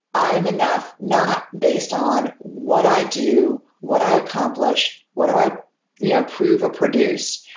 i am enough not based on what i do, what i accomplish, what do i yeah prove or produce.